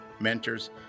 mentors